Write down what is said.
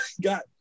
got